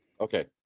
Okay